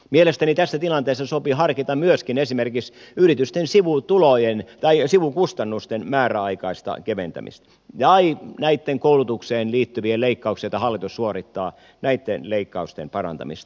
mielestäni tässä tilanteessa sopii harkita myöskin esimerkiksi yritysten sivukustannusten määräaikaista keventämistä tai näitten koulutukseen liittyvien leikkausten joita hallitus suorittaa parantamista